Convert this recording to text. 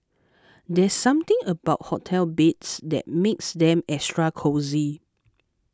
there's something about hotel beds that makes them extra cosy